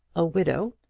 a widow,